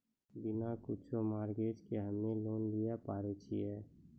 बिना कुछो मॉर्गेज के हम्मय लोन लिये पारे छियै?